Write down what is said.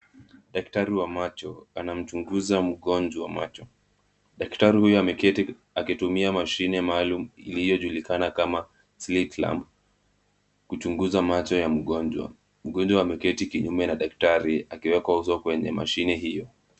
Daktari wa macho anamchunguza mgonjwa macho. Daktari huyo ameketi akitumia mashine maalum iliyojulikana kama sleet lamp kuchunguza macho ya mgonjwa. Mgonjwa ameketi kinyume na daktari akiwekwa uso kwenye mashine hiyo.